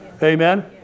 Amen